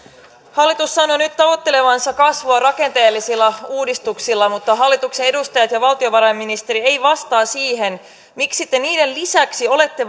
hallitus sanoo nyt tavoittelevansa kasvua rakenteellisilla uudistuksilla mutta hallituksen edustajat ja valtiovarainministeri eivät vastaa siihen miksi te niiden lisäksi olette